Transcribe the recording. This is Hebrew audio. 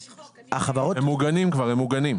הם מוגנים כבר, הם מוגנים.